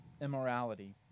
immorality